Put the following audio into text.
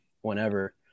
whenever